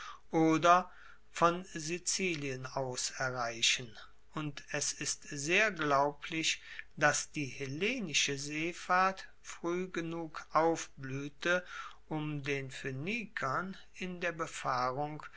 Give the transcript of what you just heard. oder von sizilien aus erreichen und es ist sehr glaublich dass die hellenische seefahrt frueh genug aufbluehte um den phoenikern in der